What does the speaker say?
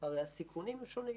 הרי הסיכונים הם שונים.